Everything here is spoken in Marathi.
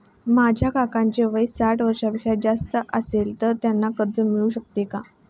माझ्या काकांचे वय साठ वर्षांपेक्षा जास्त असेल तर त्यांना कर्ज मिळू शकेल का?